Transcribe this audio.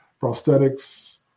prosthetics